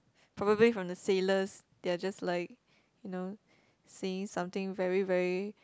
probably from the sailors they are just like you know saying something very very